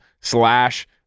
slash